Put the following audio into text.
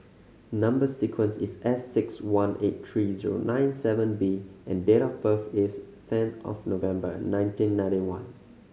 number sequence is S six one eight three zero nine seven B and date of birth is ten of November nineteen ninety one